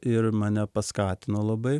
ir mane paskatino labai